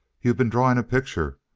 you've been drawing a picture.